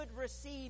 receive